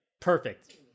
perfect